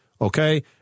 Okay